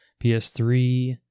PS3